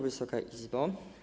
Wysoka Izbo!